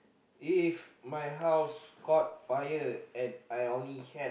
if my house caught fire and I only can